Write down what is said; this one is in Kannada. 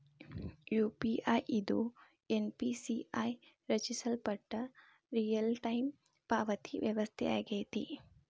ಯು.ಪಿ.ಐ ಇದು ಎನ್.ಪಿ.ಸಿ.ಐ ರಚಿಸಲ್ಪಟ್ಟ ರಿಯಲ್ಟೈಮ್ ಪಾವತಿ ವ್ಯವಸ್ಥೆಯಾಗೆತಿ